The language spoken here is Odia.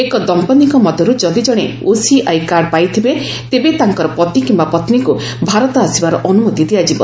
ଏକ ଦମ୍ପଭିଙ୍କ ମଧ୍ୟର୍ ଯଦି ଜଣେ ଓସିଆଇ କାର୍ଡ ପାଇଥିବେ ତେବେ ତାଙ୍କର ପତି କିମ୍ବା ପତ୍ନୀଙ୍କୁ ଭାରତ ଆସିବାର ଅନୁମତି ଦିଆଯିବ